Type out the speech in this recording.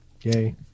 Yay